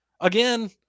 Again